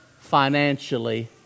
financially